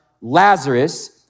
Lazarus